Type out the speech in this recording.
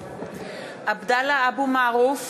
(קוראת בשמות חברי הכנסת) עבדאללה אבו מערוף,